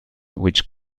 which